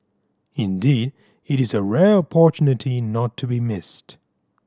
indeed it is a rare opportunity not to be missed